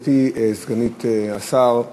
גברתי סגנית השר,